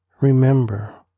remember